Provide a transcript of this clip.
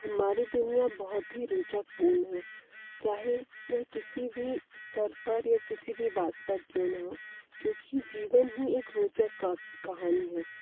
हमारी दुनिया बहुत ही रोचकपूर्ण है चाहे यह किसी भी स्तर पर या किसी भी बात पर क्यों ना हो क्योंकि जीवन ही एक रोचक का कहानी है